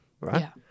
right